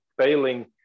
failing